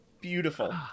beautiful